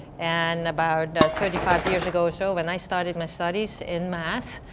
and about thirty five years ago or so, when i started my studies in math,